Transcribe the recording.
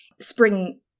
Spring